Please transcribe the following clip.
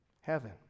heaven